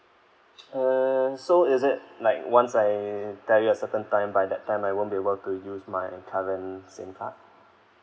err so is it like once I tell you a certain time by that time I won't be able to use my current SIM card